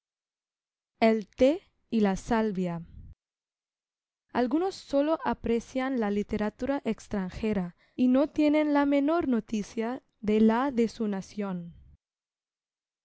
el té y la salvia algunos sólo aprecian la literatura extranjera y no tienen la menor noticia de la de su nación